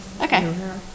Okay